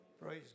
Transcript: Praise